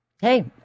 Hey